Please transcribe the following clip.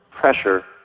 pressure